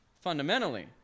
fundamentally